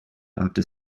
after